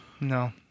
no